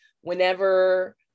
whenever